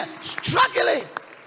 struggling